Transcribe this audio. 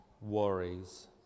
worries